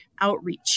outreach